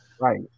right